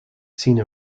scene